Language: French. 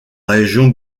région